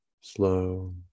slow